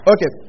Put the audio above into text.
Okay